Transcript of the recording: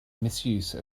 misuse